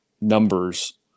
numbers